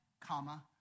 comma